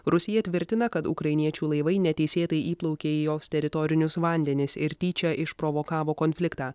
rusija tvirtina kad ukrainiečių laivai neteisėtai įplaukė į jos teritorinius vandenis ir tyčia išprovokavo konfliktą